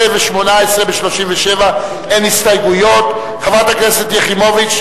76. חברת הכנסת רונית תירוש,